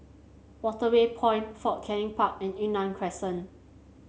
Waterway Point Fort Canning Park and Yunnan Crescent